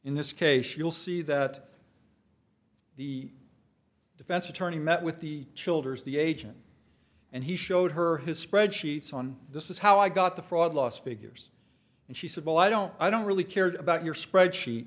in this case you'll see that the defense attorney met with the childers the agent and he showed her his spreadsheets on this is how i got the fraud last figures and she said well i don't i don't really care about your spreadsheet